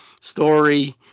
story